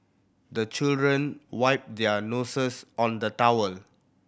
the children wipe their noses on the towel